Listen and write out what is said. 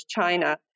China